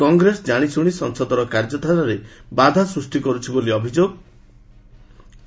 କଂଗ୍ରେସ ଜାଣିଶୁଣି ସଂସଦ କାର୍ଯ୍ୟଧାରାରେ ବାଧା ସୃଷ୍ଟି କରୁଛି ବୋଲି ଅଭିଯୋଗ କରାଯାଇଛି